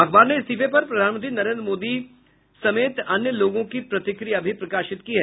अखबार ने इस्तीफे पर प्रधानमंत्री नरेन्द्र मोदी समेत अन्य लोगों की प्रतिक्रिया भी प्रकाशित की है